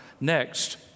Next